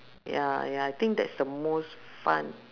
ya ya I think that's the most fun